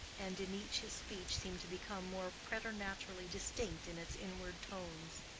and in each his speech seemed to become more preternaturally distinct in its inward tones.